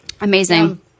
Amazing